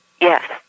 Yes